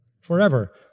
Forever